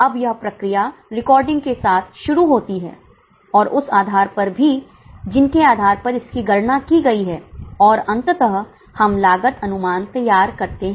अब यह प्रक्रिया रिकॉर्डिंग के साथ शुरू होती है और उस आधार पर भी जिनके आधार पर इसकी गणना की गई है और अंततः हम लागत अनुमान तैयार करते हैं